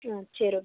ம் சரி ஓகே